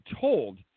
told